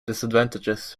disadvantages